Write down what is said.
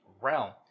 realm